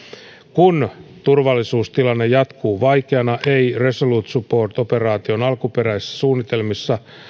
kun turvallisuustilanne jatkuu vaikeana ei resolute support operaation alkuperäisissä suunnitelmissa